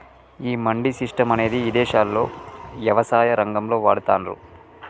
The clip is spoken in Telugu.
ఈ మండీ సిస్టం అనేది ఇదేశాల్లో యవసాయ రంగంలో వాడతాన్రు